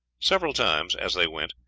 several times, as they went,